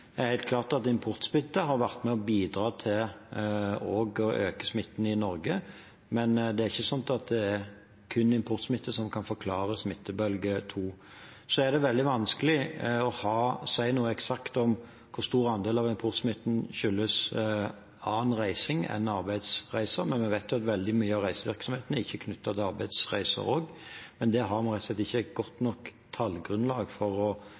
Det er helt klart at importsmitte har vært med på å bidra til også å øke smitten i Norge, men det er ikke sånn at det kun er importsmitte som kan forklare smittebølge to. Det er veldig vanskelig å si noe eksakt om hvor stor andel av importsmitten som skyldes annen reising enn arbeidsreiser, men vi vet at veldig mye av reisevirksomheten ikke er knyttet til arbeidsreiser. Vi har rett og slett ikke et godt nok tallgrunnlag for å